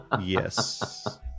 Yes